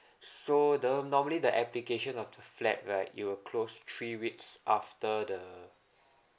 so do~ normally the application of the flat right it will will close three weeks after the